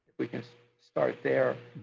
we can start there,